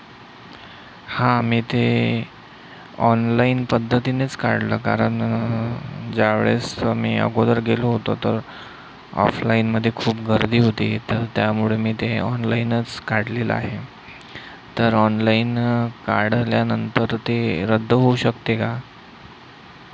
हा मी ते ऑनलाईन पद्धतीनेच काढलं कारण ज्यावेळेस मी अगोदर गेलो होतो तर ऑफलाईनमध्ये खूप गर्दी होती तर त्यामुळे मी ते ऑनलाईनच काढलेलं आहे तर ऑनलाईन काढल्यानंतर ते रद्द होऊ शकते का